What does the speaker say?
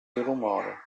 rumore